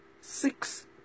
six